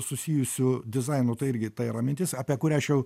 susijusiu dizainu tai irgi tai yra mintis apie kurią aš jau